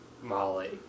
Molly